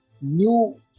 new